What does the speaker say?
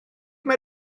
mae